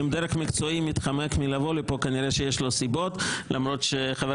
אם דרג מקצועי מתחמק מלבוא לפה כנראה שיש לו סיבות למרות שחבר